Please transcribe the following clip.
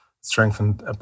strengthened